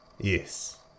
yes